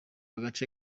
agace